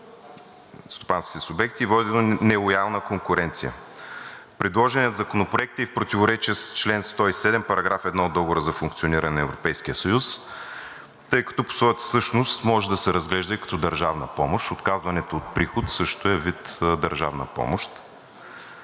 стопанските субекти и води до нелоялна конкуренция. Предложеният Законопроект е и в противоречие с чл. 107, § 1 от Договора за функциониране на Европейския съюз, тъй като по своята същност може да се разглежда и като държавна помощ – отказването от приход също е вид държавна помощ.